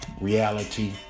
Reality